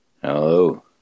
hello